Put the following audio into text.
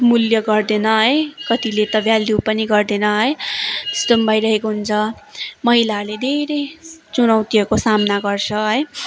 मूल्य गर्दैन है कतिले त भ्याल्यू पनि गर्दैन है त्यस्तो पनि भइरहेको हुन्छ महिलाहरूले धेरै चुनौतीहरूको सामना गर्छ है